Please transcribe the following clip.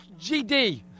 GD